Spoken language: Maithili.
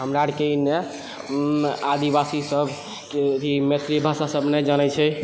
हमरा अरके एने आदिवासी सब अथी मैथिली भाषा सब नहि जानै छै